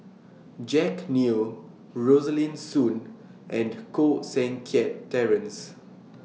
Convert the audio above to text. Jack Neo Rosaline Soon and Koh Seng Kiat Terence